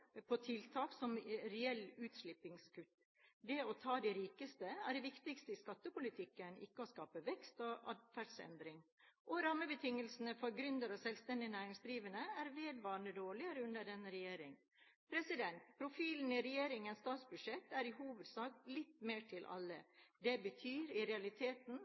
på tiltak som gir reelle utslippskutt. Det å ta de rikeste er det viktigste i skattepolitikken, ikke å skape vekst og atferdsendring. Og rammebetingelsene for gründere og selvstendig næringsdrivende er vedvarende dårligere under denne regjeringen. Profilen i regjeringens statsbudsjett er i hovedsak litt mer til alle. Det betyr i realiteten